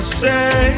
say